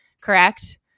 correct